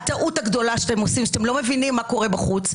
הטעות שאתם עושים זה שאתם לא מבינים מה קורה בחוץ,